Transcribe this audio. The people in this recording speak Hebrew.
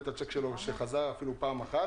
את הצ'ק ולממש אותו בלשכות ההוצאה לפועל,